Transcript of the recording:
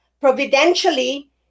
Providentially